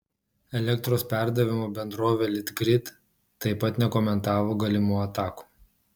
elektros perdavimo bendrovė litgrid taip pat nekomentavo galimų atakų